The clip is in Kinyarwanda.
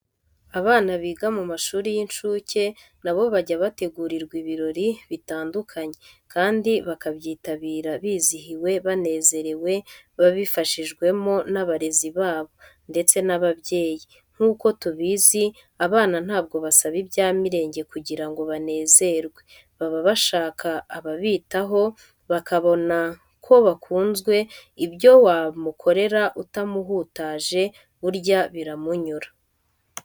Abana biga mu mashuri y'incuke na bo bajya bategurirwa ibirori bitandukanye kandi bakabyitabira bizihiwe banezerewe babifashijwemo n'abarezi babo ndetse n'ababyeyi. Nk'uko tubizi abana ntabwo basaba ibya mirenge kugira ngo banezerwe, baba bashaka ababitaho bakabona ko bakunzwe, ibyo wamukorera utamuhutaje burya biramunyura.